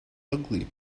ugly